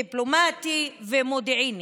דיפלומטי ומודיעיני,